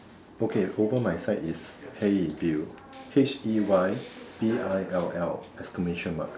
okay over my side is hey Bill H E Y B I L L exclamation mark